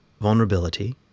vulnerability